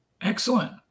Excellent